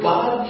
God